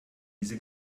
diese